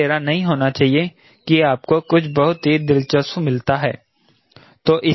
आपको हैरान नहीं होना चाहिए कि आपको कुछ बहुत ही दिलचस्प मिलता है